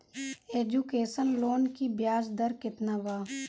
Education loan की ब्याज दर केतना बा?